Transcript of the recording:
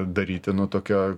daryti nu tokia